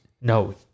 no